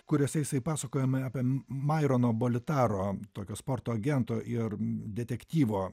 kuriuose jisai pasakojama apie mairono bolitaro tokio sporto agento ir detektyvo